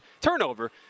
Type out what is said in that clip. turnover